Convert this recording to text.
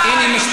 די, נו.